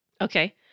Okay